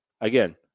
again